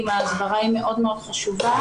ההסברה מאוד מאוד חשובה,